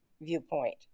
viewpoint